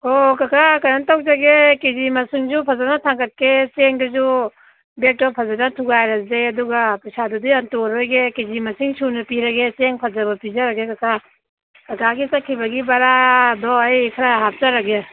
ꯍꯣꯏ ꯍꯣꯏ ꯀꯀꯥ ꯀꯩꯅꯣ ꯇꯧꯖꯒꯦ ꯀꯦ ꯖꯤ ꯃꯁꯤꯡꯁꯨ ꯐꯖꯅ ꯊꯥꯡꯒꯠꯀꯦ ꯆꯦꯡꯗꯨꯁꯨ ꯕꯦꯛꯇꯨ ꯐꯖꯅ ꯊꯨꯒꯥꯏꯔꯁꯦ ꯑꯗꯨꯒ ꯄꯩꯁꯥꯗꯨꯗꯤ ꯍꯟꯇꯣꯛꯂꯔꯣꯏꯒꯦ ꯀꯦ ꯖꯤ ꯃꯁꯤꯡ ꯁꯨꯅ ꯄꯤꯔꯒꯦ ꯆꯦꯡ ꯐꯖꯕ ꯄꯤꯖꯔꯒꯦ ꯀꯀꯥ ꯀꯀꯥꯒꯤ ꯆꯠꯈꯤꯕꯒꯤ ꯕꯔꯥꯗꯣ ꯑꯩ ꯈꯔ ꯍꯥꯞꯆꯔꯒꯦ